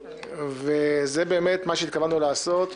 וזה מה שהתכוונו לעשות.